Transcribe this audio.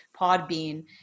Podbean